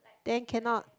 then cannot